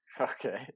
Okay